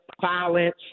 violence